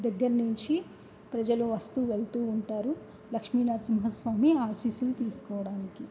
దగ్గర నుంచి ప్రజలు వస్తూ వెళుతు ఉంటారు లక్ష్మీనర సింహస్వామి ఆశీస్సులు తీసుకోవడానికి